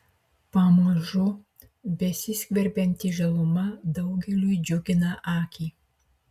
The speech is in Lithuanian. pamažu besiskverbianti žaluma daugeliui džiugina akį